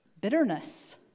Bitterness